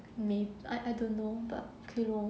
may I I don't know but okay lor